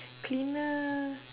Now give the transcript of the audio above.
cleaner